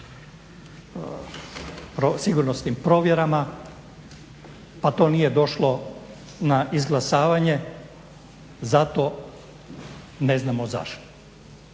sigurnosnim provjerama a to nije došlo na izglasavanje zato, ne znamo zašto.